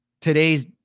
today's